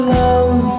love